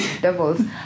devils